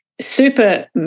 super